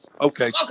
Okay